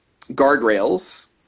guardrails